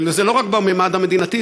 וזה לא רק בממד המדינתי,